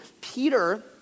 Peter